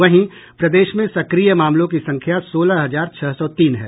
वहीं प्रदेश में सक्रिय मामलों की संख्या सोलह हजार छह सौ तीन है